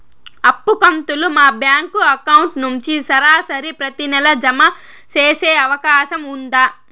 అప్పు కంతులు మా బ్యాంకు అకౌంట్ నుంచి సరాసరి ప్రతి నెల జామ సేసే అవకాశం ఉందా?